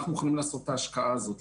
אנחנו מוכנים לעשות את ההשקעה הזאת.